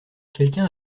quelqu’un